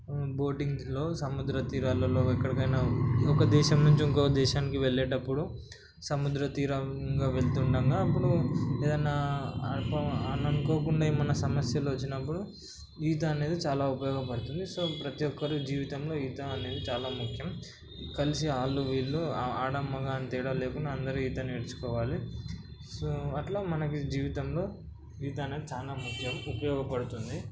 బోటింగ్లో సముద్ర తీరాలలో ఎక్కడికైనా ఒక దేశం నుంచి ఇంకో దేశానికి వెళ్ళేటప్పుడూ సముద్ర తీరంగా వెళుతుండగా ఏదైనా అని అనుకోకుండా ఏమైనా సమస్యలు వచ్చినప్పుడు ఈత అనేది చాలా ఉపయోగపడుతుంది సో ప్రతీ ఒక్కరూ జీవితంలో ఈత అనేది చాలా ముఖ్యం కలిసి వాళ్ళు వీళ్ళు ఆడ మగ అని తేడా లేకుండా అందరూ ఈత నేర్చుకోవాలి సో అట్లా మనకు జీవితంలో ఈత అనేది చాలా ముఖ్యం ఉపయోగపడుతుంది